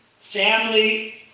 Family